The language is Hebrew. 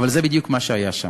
אבל זה בדיוק מה שהיה שם.